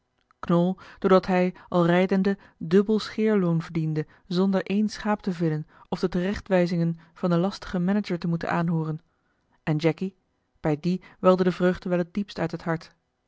knol doordat hij al rijdende dubbel scheerloon verdiende zonder éen schaap te villen of de terechtwijzingen van den lastigen manager te moeten aanhooren en jacky bij dien welde de vreugde wel het diepst uit het hart